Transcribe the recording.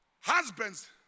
Husbands